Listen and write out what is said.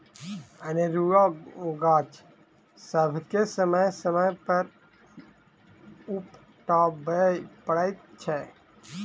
अनेरूआ गाछ सभके समय समय पर उपटाबय पड़ैत छै